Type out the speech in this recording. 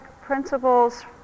principles